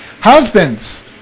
Husbands